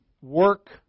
work